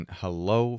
hello